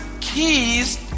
keys